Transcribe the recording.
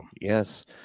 Yes